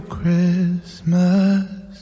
Christmas